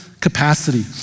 capacity